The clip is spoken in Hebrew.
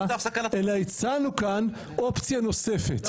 אלא הצענו כאן אופציה נוספת,